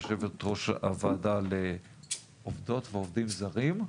יו"ר הוועדה לעובדות ועובדים זרים,